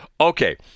Okay